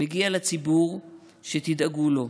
מגיע לציבור שתדאגו לו,